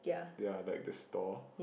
ya like the stall